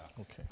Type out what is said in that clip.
Okay